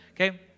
okay